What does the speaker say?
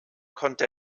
konnte